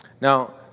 Now